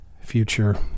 future